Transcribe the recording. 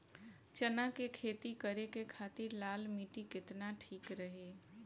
चना के खेती करे के खातिर लाल मिट्टी केतना ठीक रही?